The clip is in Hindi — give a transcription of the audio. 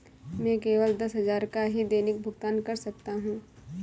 मैं केवल दस हजार का ही दैनिक भुगतान कर सकता हूँ